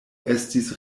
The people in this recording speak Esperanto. estis